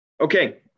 Okay